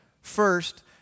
First